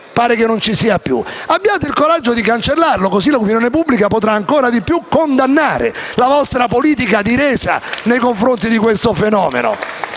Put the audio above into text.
pare che non ci sia più. Abbiate il coraggio di cancellarlo, così l'opinione pubblica potrà ancora di più condannare la vostra politica di resa nei confronti di questo fenomeno.